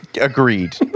Agreed